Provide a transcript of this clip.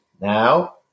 Now